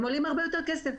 הם עולים הרבה יותר כסף,